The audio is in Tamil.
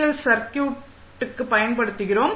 எல் ஐ சர்க்யூட்டுக்கு பயன்படுத்துகிறோம்